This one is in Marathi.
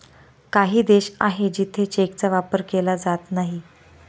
काही देश आहे जिथे चेकचा वापर केला जात नाही